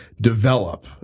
develop